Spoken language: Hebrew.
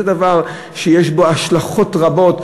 זה דבר שיש לו השלכות רבות,